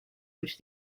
which